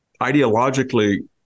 ideologically